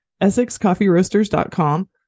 EssexCoffeeRoasters.com